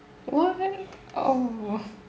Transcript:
what oh